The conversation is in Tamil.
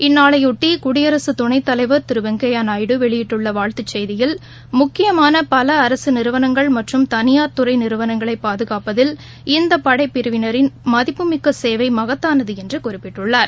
இந்நாளையொட்டி குடியரசு துணைத்தலைவா் திரு வெங்கையா நாயுடு வெளியிட்டுள்ள வாழ்த்துச் செய்தியில் முக்கியமான பல அரசு நிறுவனங்கள் மற்றும் தனியார் துறை நிறுவனங்களை பாதுகாப்பதில் இந்த படைப்பிரிவினின் மதிப்புமிக்க சேவை மகத்தானது என்று குறிப்பிட்டுள்ளார்